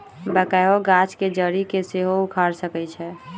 backhoe गाछ के जड़ी के सेहो उखाड़ सकइ छै